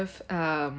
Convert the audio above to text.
have um